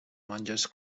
monges